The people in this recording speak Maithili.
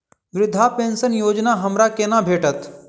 वृद्धा पेंशन योजना हमरा केना भेटत?